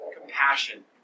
compassion